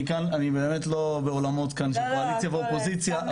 אני באמת לא בעולמות כאן של קואליציה ואופוזיציה,